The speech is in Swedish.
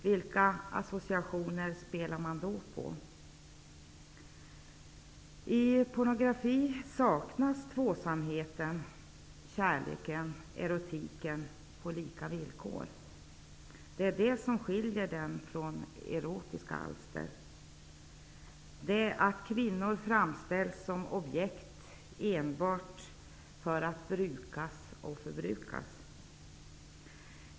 Vilka associationer spelar man då på? I pornografi saknas tvåsamheten, kärleken, erotiken på lika villkor. Det är detta som skiljer den från erotiska alster. Kvinnor framställs som objekt, enbart för att brukas och förbrukas.